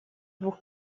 двух